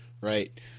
right